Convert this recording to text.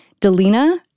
Delina